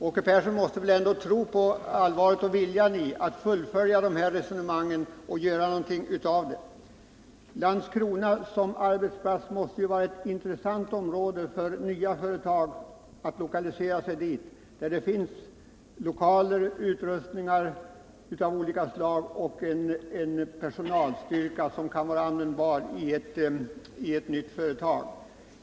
Åke Persson måste väl ändå tro på den allvarliga viljan att fullfölja dessa resonemang och göra någonting av det hela. Landskrona som arbetsplats måste ju vara ett intressant område när det gäller lokaliseringar av nya företag. Där finns lokaler, utrustning av olika slag och en personalstyrka som kan vara användbar i ett nytt företag.